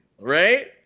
right